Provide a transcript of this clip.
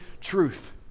truth